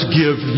give